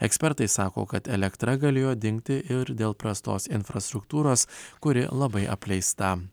ekspertai sako kad elektra galėjo dingti ir dėl prastos infrastruktūros kuri labai apleista